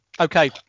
Okay